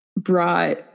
brought